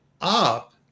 up